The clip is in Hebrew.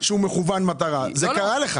מכוון מטרה, זה פשוט קרה לך.